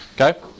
Okay